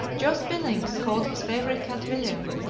josh billings called his favorite cat william,